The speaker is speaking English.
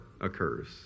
occurs